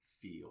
feel